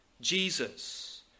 Jesus